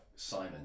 Simon